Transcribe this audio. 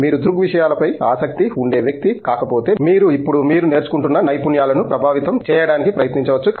మీరు దృగ్విషయాలపై ఆసక్తి ఉండే వ్యక్తి కాకపోతే మీరు ఇప్పుడు మీరు నేర్చుకుంటున్న నైపుణ్యాలను ప్రభావితం చేయడానికి ప్రయత్నించవచ్చు